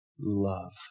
love